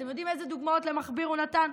אתם יודעים איזה דוגמאות למכביר הוא נתן?